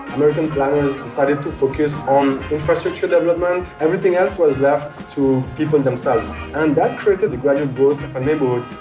american planners decided to focus on infrastructure development. everything else was left to people themselves and that created a gradual growth of a neighborhood.